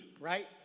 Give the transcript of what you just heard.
right